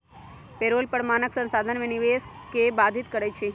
payroll कर मानव संसाधन में निवेश के बाधित करइ छै